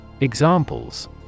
Examples